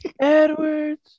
Edwards